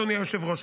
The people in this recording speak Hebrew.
אדוני היושב-ראש,